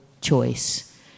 choice